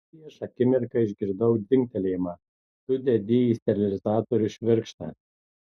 prieš akimirką išgirdau dzingtelėjimą tu dedi į sterilizatorių švirkštą